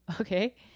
okay